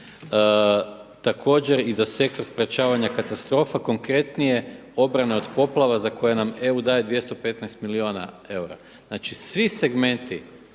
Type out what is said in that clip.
također i za sektor sprečavanja katastrofa konkretnije obrane od poplava za koje nam EU daje 215 milijuna eura. Znači svi segmenti